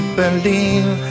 believe